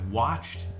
watched